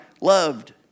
loved